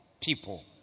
people